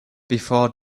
before